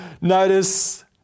Notice